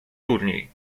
turniej